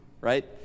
right